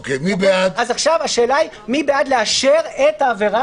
עכשיו השאלה היא מי בעד לאשר את העבירה